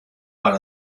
para